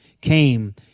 came